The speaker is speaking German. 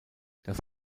das